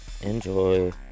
enjoy